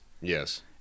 Yes